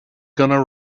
gonna